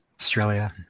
Australia